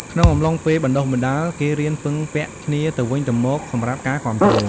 ក្នុងអំឡុងពេលបណ្តុះបណ្តាល គេរៀនពឹងពាក់គ្នាទៅវិញទៅមកសម្រាប់ការគាំទ្រ។